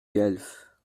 guelfes